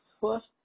first